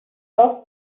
both